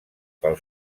pel